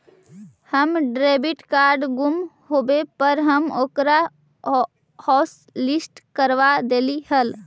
हमर debit card गुम होवे पर हम ओकरा हॉटलिस्ट करवा देली हल